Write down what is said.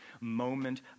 moment